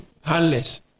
handless